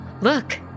Look